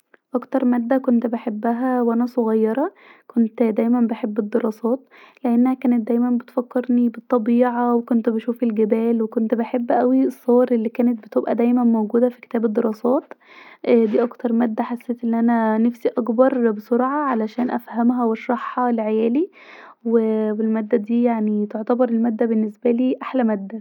اكتر ماده كنت بحبها وانا صغيرة كنت دايما بحب الدراسات لأنها كانت دايما بتفكرني بالطبيعة وكنت بشوف الجبال وكنت بحب اوي الصور الي كانت بتبقي دايما موجودة في كتاب الدراسات ديه اكتر ماده حسيت أن انا نفسي اكبر بسرعه عشان افهمها واشرحها لعيالي واا الماده ديه يعني تعتبر بالنسبالي احلا ماده